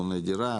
קונה דירה,